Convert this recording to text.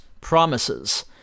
Promises